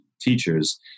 teachers